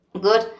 good